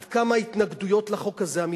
עד כמה ההתנגדויות לחוק הזה אמיתיות.